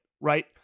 Right